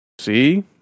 See